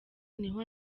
niho